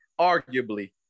Arguably